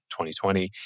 2020